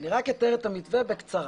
אני רק אתאר את המתווה בקצרה.